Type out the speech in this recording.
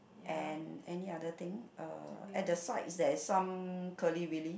and any other thing uh at the sides there is some curly wurly